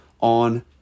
on